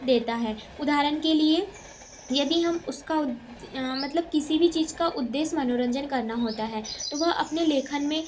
देता है उदहारण के लिए यदि हम उसका उद मतलब किसी भी चीज का उद्देश्य मनोरंजन करना होता है तो वह अपने लेखन में